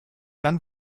dann